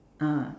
ah